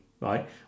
right